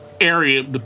area